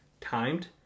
timed